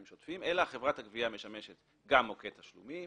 שוטפים אלא חברת הגבייה משמשת גם מוקד תשלומים.